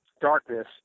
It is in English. darkness